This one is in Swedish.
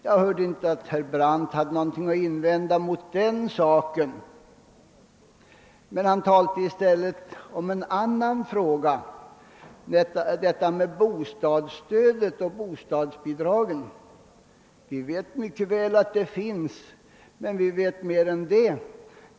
Jag hörde inte att herr Brandt hade någonting att invända mot den saken, men han talade i stället om en annan fråga, om bostadsstödet och bostadsbidragen. : Vi vet mycket väl att bostadsbidragen finns, och vi vet mer än så.